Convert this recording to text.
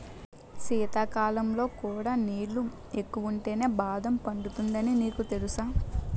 శీతాకాలంలో కూడా నీళ్ళు ఎక్కువుంటేనే బాదం పండుతుందని నీకు తెలుసా?